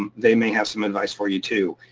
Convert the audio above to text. um they may have some advice for you too.